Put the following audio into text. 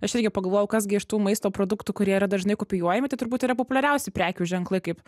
aš irgi pagalvojau kas gi iš tų maisto produktų kurie yra dažnai kopijuojami tai turbūt yra populiariausi prekių ženklai kaip